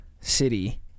City